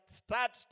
start